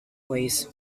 ways